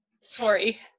Sorry